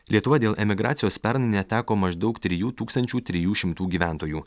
lietuva dėl emigracijos pernai neteko maždaug trijų tūkstančių trijų šimtų gyventojų